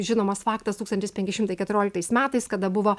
žinomas faktas tūkstantis penki šimtai keturioliktais metais kada buvo